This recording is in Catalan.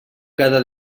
cada